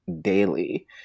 daily